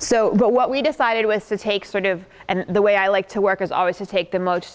so what we decided was to take sort of and the way i like to work is always to take the most